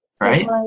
right